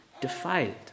defiled